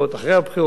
הממשלה הזאת,